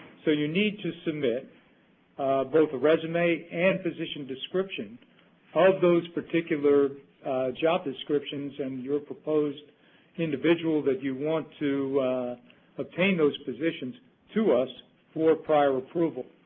so, you need to submit both a resume and position description of those particular job descriptions and your proposed individual that you want to obtain those positions to us for prior approval.